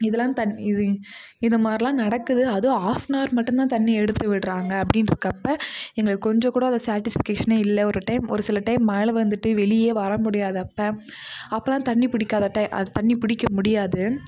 இதெல்லாம் தண்ணி இது இதுமாதிரிலாம் நடக்குது அதுவும் ஆஃப் அன் ஆர் மட்டும்தான் தண்ணி எடுத்து விடுறாங்க அப்படின்னு இருக்கப்போ எங்களுக்கு கொஞ்சம்கூட அது சேட்டிஸ்ஃபிகேஷனே இல்லை ஒரு டைம் ஒரு சில டைம் மழை வந்துவிட்டு வெளியே வரமுடியாதப்போ அப்போலாம் தண்ணி பிடிக்காத டைம் தண்ணி பிடிக்க முடியாது